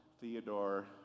Theodore